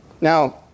Now